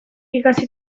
ikasi